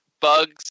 Bugs